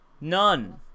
None